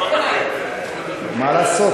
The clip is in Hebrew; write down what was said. מה לעשות,